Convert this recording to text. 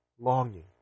longing